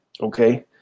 okay